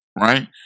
right